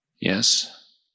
yes